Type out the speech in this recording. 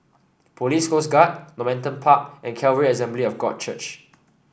Police Coast Guard Normanton Park and Calvary Assembly of God Church